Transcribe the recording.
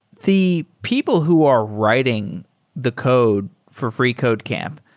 the people who are writing the code for freecodecamp,